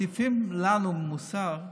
מטיפים לנו מוסר: